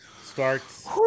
starts